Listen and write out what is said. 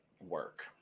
Work